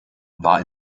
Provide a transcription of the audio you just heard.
war